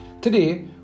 Today